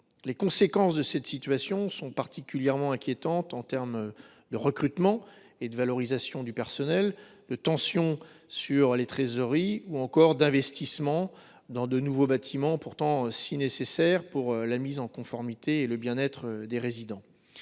Les conséquences de cette situation sont particulièrement inquiétantes en termes de recrutement, de valorisation du personnel, de tension de trésorerie ou d’investissement dans de nouveaux bâtiments, si nécessaires pourtant pour la mise en conformité et le bien être des résidents.